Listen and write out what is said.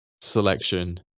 selection